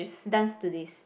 Dance to This